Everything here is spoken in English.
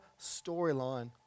storyline